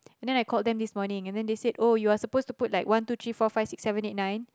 and then I called them this morning and then they said you are suppose to put like one two three four five six seven eight nine